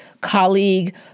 colleague